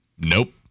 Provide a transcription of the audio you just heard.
Nope